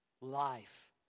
life